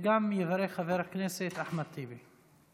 יברך גם חבר הכנסת אחמד טיבי.